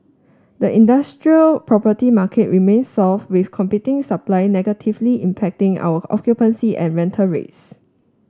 the industrial property market remain soft with competing supply negatively impacting our occupancy and rental rates